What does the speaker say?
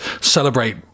celebrate